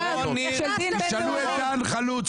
תשאלו את דן חלוץ,